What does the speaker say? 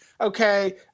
Okay